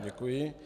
Děkuji.